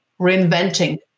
reinventing